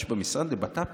יש במשרד לבט"פ